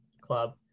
club